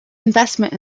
investment